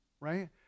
right